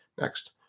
Next